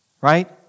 Right